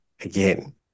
again